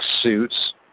suits